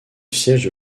siège